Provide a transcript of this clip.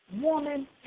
woman